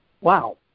Wow